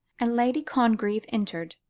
and lady congreve entered.